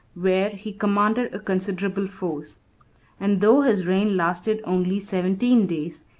where he commanded a considerable force and though his reign lasted only seventeen days,